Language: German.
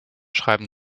schreiben